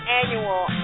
annual